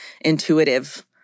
intuitive